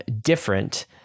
different